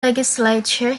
legislature